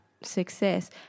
success